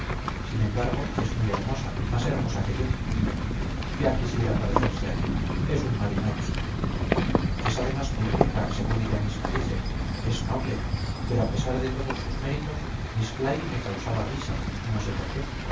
sin embargo es muy hermosa más hermosa que yo ya quisiera parecerse a ti es un marimacho es además muy rica según ella misma dice es noble pero a pesar de todos sus méritos miss fly me causaba risa no sé por qué